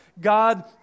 God